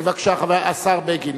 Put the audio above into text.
בבקשה, השר בגין.